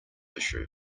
issue